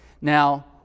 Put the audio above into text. Now